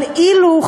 אבל אילו,